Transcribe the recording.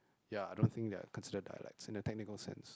ya I don't think they are considered dialects in a technical sense